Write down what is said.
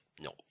No